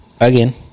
again